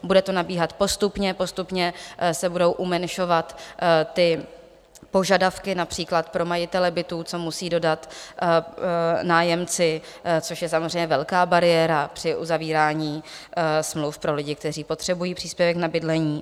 Bude to nabíhat postupně, postupně se budou umenšovat požadavky například pro majitele bytů, co musí dodat nájemci, což je samozřejmě velká bariéra při uzavírání smluv pro lidi, kteří potřebují příspěvek na bydlení.